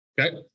Okay